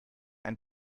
ein